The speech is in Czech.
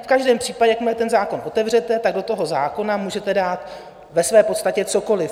V každém případě jakmile ten zákon otevřete, tak do toho zákona můžete dát v podstatě cokoliv.